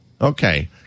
Okay